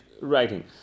writing